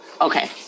Okay